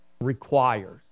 requires